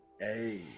Hey